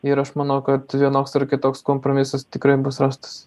ir aš manau kad vienoks ar kitoks kompromisas tikrai bus rastas